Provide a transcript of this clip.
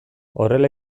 horrela